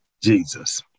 Jesus